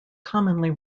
commonly